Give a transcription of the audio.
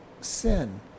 sin